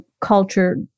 culture